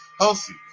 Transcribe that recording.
healthy